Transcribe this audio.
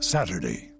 Saturday